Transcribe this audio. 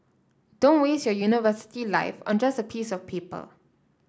don't waste your university life on just a piece of paper